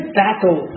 battle